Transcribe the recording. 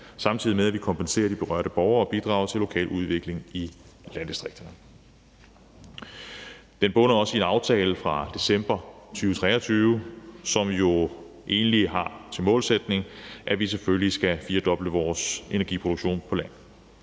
samtidig med at vi kompenserer de berørte borgere og bidrager til lokal udvikling i landdistrikterne. Det bunder også i en aftale fra december 2023, som jo egentlig har til målsætning, at vi selvfølgelig skal firedoble vores energiproduktion på land.